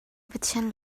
pathian